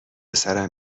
سرم